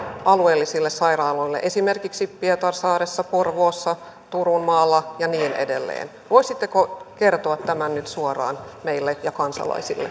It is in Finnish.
alueellisille sairaaloille esimerkiksi pietarsaaressa porvoossa turunmaalla ja niin edelleen voisitteko kertoa tämän nyt suoraan meille ja kansalaisille